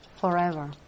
forever